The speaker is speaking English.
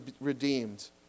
redeemed